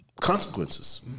consequences